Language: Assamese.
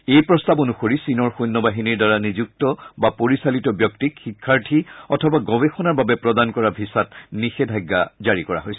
এই প্ৰস্তাৱ অনুসৰি চীনৰ সৈন্য বাহিনীৰ দ্বাৰা নিযুক্ত বা পৰিচালিত ব্যক্তিক শিক্ষাৰ্থী অথবা গৱেষণাৰ বাবে প্ৰদান কৰা ভিচাত নিষেধাজ্ঞা জাৰি কৰা হৈছে